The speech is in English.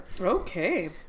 Okay